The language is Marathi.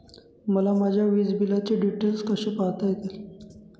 मला माझ्या वीजबिलाचे डिटेल्स कसे पाहता येतील?